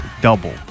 Double